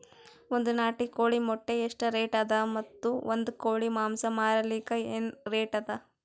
ಒಂದ್ ನಾಟಿ ಕೋಳಿ ಮೊಟ್ಟೆ ಎಷ್ಟ ರೇಟ್ ಅದ ಮತ್ತು ಒಂದ್ ಕೋಳಿ ಮಾಂಸ ಮಾರಲಿಕ ಏನ ರೇಟ್ ಅದ?